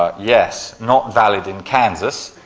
ah yes, not valid in kansas.